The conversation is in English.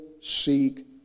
seek